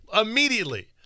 immediately